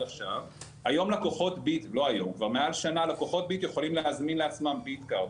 עכשיו: כבר מעל שנה שלקוחות "ביט" יכולים להזמין לעצמם "ביט קארד".